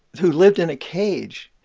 who lived in a cage.